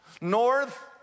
North